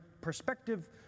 Perspective